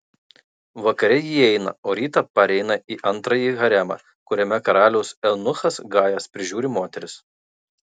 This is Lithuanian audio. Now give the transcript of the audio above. vakare ji įeina o rytą pareina į antrąjį haremą kuriame karaliaus eunuchas gajas prižiūri moteris